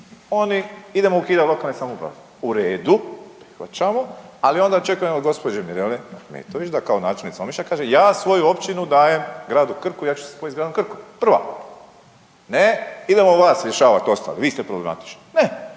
oni, idemo ukidati lokalne samouprave. U redu, shvaćamo, ali onda očekujemo od gđe. Mirele Ahmetović da kao načelnica Omišlja kaže ja svoju općinu dajem gradu Krku, ja ću se spojiti s gradom Krkom, prva. Ne, idemo vas rješavati ostali, vi ste problematični. Ne.